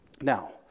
Now